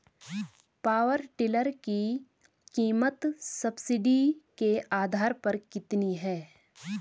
Power tiller की कीमत subsidy के आधार पर कितनी है?